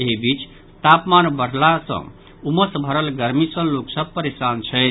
एहि बीच तापमान बढ़ला सॅ उमस भरल गर्मी सॅ लोक सभ परेशान छथि